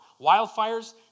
Wildfires